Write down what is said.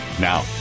Now